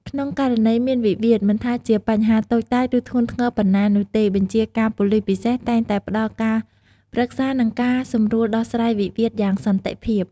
ក្នុងករណីមាន វិវាទ មិនថាជាបញ្ហាតូចតាច ឬធ្ងន់ធ្ងរប៉ុណ្ណានោះទេ បញ្ជាការប៉ូលិសពិសេសតែងតែ ផ្តល់ការប្រឹក្សា និងការសម្រួលដោះស្រាយវិវាទយ៉ាងសន្តិភាព។